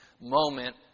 moment